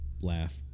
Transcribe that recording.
laugh